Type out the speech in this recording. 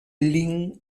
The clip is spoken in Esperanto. lin